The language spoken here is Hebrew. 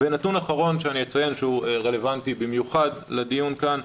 נתון אחרון שאציין שהוא רלוונטי במיוחד לדיון כאן,